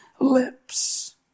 lips